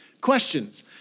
questions